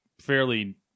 fairly